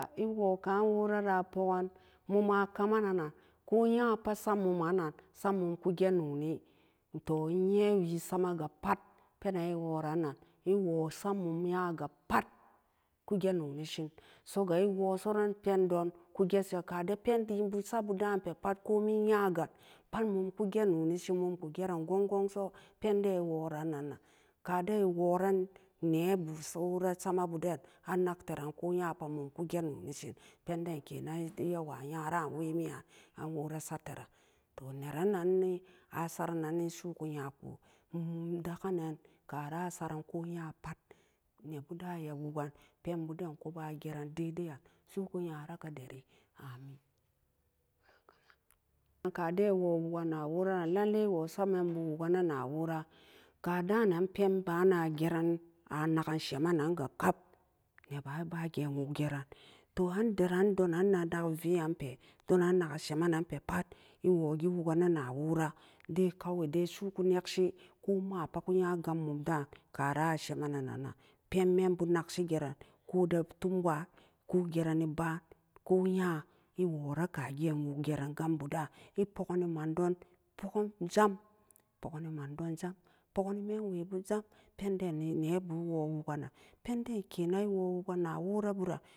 A-iwo kann wora-rapogan mum akumanan nan ko nyapa. samuman-na-nan samumku senoni to nyewii samaga pat penan eworan nan ewo samun nyagapat kuge nonishin soga ewosoran pendonkugesan kade penlien bu sabu-da'unpe pat komin nyaga pat mum kuge nonishin mumku geran gong gongpo penden eworan nan kaden eworan nee busa sauran sama bu den'anak teran ko nyapa mumku se nonishin penden kenan eyawa nyaran wemiyun an wora sateran to neran nanni asaran nanni su'uku nyaku mum daga nan karan asoran ko nyapot nebu da'an iya wugan penbuden ku ba'a geran dai dai an su'uku nyerakaderi amin kaden ewo wogan nawora'an lallai ewo samenbu wugana na wora kadanan penba'an ageran anagan sheman nan ga pat nebaan eba geen wuggeran to an deran donan nan nak veonpe donan naga shema nanpe pat ewogi wugana na wora dai kawai dai su'uku nekshi ko mapa ku nya gam mum da'an kara ashenanan-nan penmembu nakshi geran ko defum wo'an ko gerani ba'an ko nya eworaka geenbu wog geran gambu daan epogani mandon pogum jam pogani mandon sam pogani menwebu sam pendeni nebu enjo waganan penden kenan ewo wugan naworaburan.